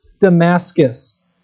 Damascus